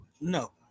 no